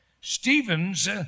Stevens